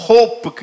Hope